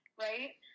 right